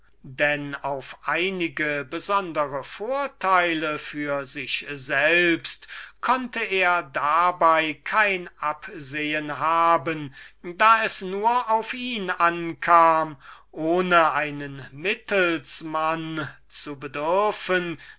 denn auf einige besondere vorteile für sich selbst konnte er dabei kein absehen haben da es nur auf ihn ankam ohne einen mittelsmann zu bedürfen